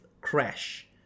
crash